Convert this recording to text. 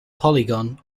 polygon